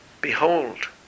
Behold